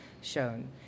shown